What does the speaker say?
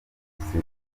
jenoside